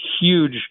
huge